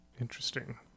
Interesting